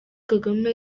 kagame